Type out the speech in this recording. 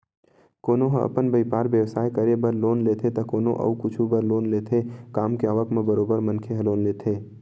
कोनो ह अपन बइपार बेवसाय करे बर लोन लेथे त कोनो अउ कुछु बर लोन लेथे काम के आवक म बरोबर मनखे ह लोन लेथे